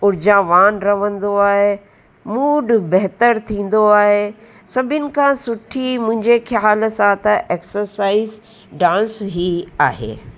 उर्जावान रहंदो आहे मूड बहितर थींदो आहे सभिनी खां सुठी मुंहिंजे ख़्यालु सां त एक्सोसाइज़ डांस ई आहे